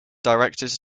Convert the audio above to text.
directors